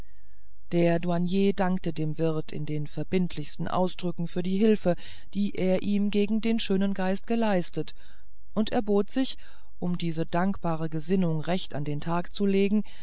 der douanier dankte dem wirt in den verbindlichsten ausdrücken für die hilfe die er ihm gegen den schönen geist geleistet und erbot sich um diese dankbare gesinnung recht an den tag zu legen